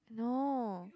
no